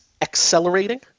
accelerating